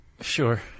Sure